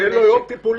תנו לו יום טפולים.